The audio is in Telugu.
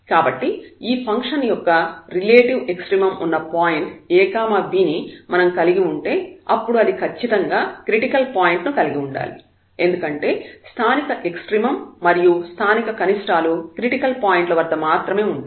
కాబట్టి ఈ ఫంక్షన్ యొక్క రిలేటివ్ ఎక్సట్రీమమ్ ఉన్న పాయింట్ a b ని మనం కలిగి ఉంటే అప్పుడు అది ఖచ్చితంగా క్రిటికల్ పాయింట్ ను కలిగి ఉండాలి ఎందుకంటే స్థానిక ఎక్సట్రీమమ్ మరియు స్థానిక కనిష్టాలు క్రిటికల్ పాయింట్ల వద్ద మాత్రమే ఉంటాయి